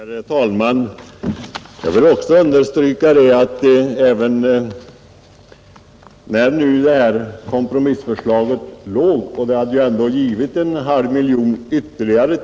Herr talman! Jag vill understryka att kompromissförslaget innebar att frikyrkorna skulle ha fått en halv miljon kronor ytterligare.